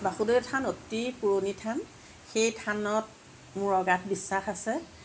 বাসুদেও থান অতি পুৰণি থান সেই থানত মোৰ অগাধ বিশ্বাস আছে